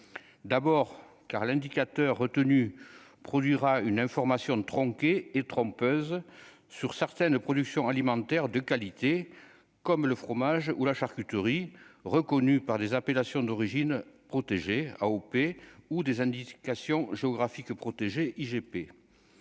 d'abord, car l'indicateur retenu produira une information tronquée et trompeuse sur certaines productions alimentaires de qualité comme le fromage ou la charcuterie reconnu par des appellations d'origine protégées AOP ou des Indication protégée, IGP,